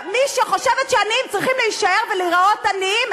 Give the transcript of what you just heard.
מי שחושבת שעניים צריכים להישאר ולהיראות עניים,